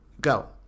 Go